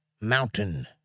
mountain